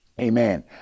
amen